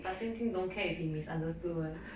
but jing jing don't care if he misunderstood [one]